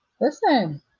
Listen